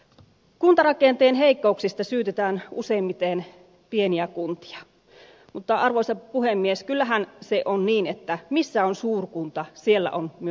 kuntarakenteen heikkouksista syytetään useimmiten pieniä kuntia mutta arvoisa puhemies kyllähän se on niin että missä on suurkunta siellä on myös himmeli